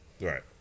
Right